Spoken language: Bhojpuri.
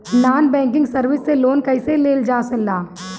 नॉन बैंकिंग सर्विस से लोन कैसे लेल जा ले?